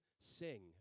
sing